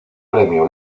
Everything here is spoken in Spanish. premio